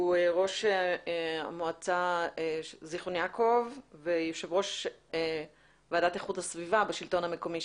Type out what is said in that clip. ראש המועצה זכרון יעקב ויושב-ראש ועדת איכות הסביבה בשלטון המקומי,